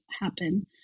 happen